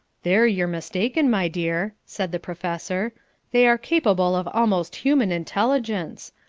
there you're mistaken, my dear, said the professor they are capable of almost human intelligence.